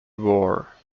wore